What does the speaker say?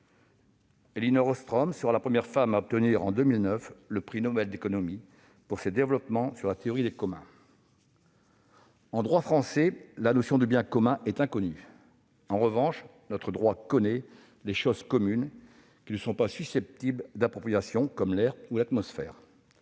Elinor Ostrom sera la première femme à obtenir, en 2009, le prix Nobel d'économie, pour ses développements sur la théorie des communs. En droit français, la notion de « biens communs » est inconnue. En revanche, notre droit connaît les « choses communes », qui ne sont pas susceptibles d'appropriation, comme l'air ou l'atmosphère,